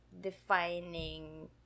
defining